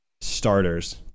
starters